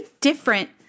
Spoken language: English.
different